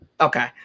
Okay